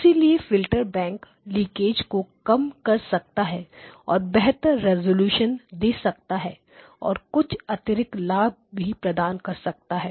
इसलिए filter bank leakage को कम कर सकता है और बेहतर रेजोल्यूशन दे सकता है और कुछ अतिरिक्त लाभ भी प्रदान कर सकता है